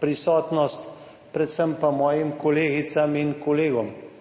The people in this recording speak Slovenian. prisotnost, predvsem pa svojim kolegicam in kolegom.